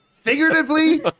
Figuratively